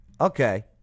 Okay